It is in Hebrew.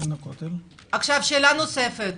שאלה נוספת,